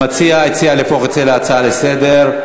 המציע הציע להפוך את זה להצעה לסדר-היום.